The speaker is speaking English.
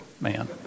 man